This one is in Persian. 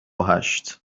هشت